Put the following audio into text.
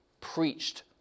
preached